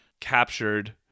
captured